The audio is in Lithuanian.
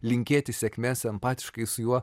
linkėti sėkmės empatiškai su juo